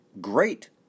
great